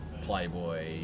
playboy